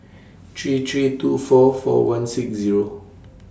three three two four four one six Zero